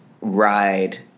ride